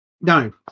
no